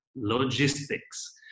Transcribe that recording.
logistics